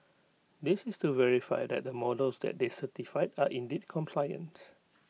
this is to verify that the models that they certified are indeed compliant